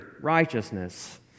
righteousness